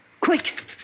Quick